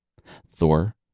Thor